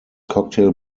cocktail